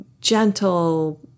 gentle